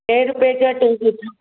ॾहें रुपये जा टे ॾिजो